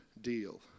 deal